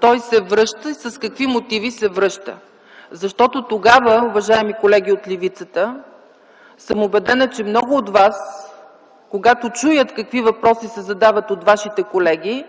той се връща, и с какви мотиви се връща. Тогава, уважаеми колеги от левицата, съм убедена, че много от вас, когато чуят какви въпроси се задават от вашите колеги,